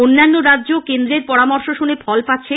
অন্যান্য রাজ্য কেন্দ্রের পরামর্শ শুনে ফল পাচ্ছে